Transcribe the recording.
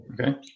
Okay